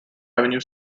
avenue